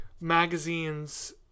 magazines